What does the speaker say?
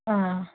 ആ